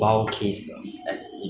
很美 eh 一条龙